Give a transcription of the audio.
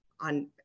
on